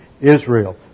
Israel